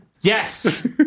Yes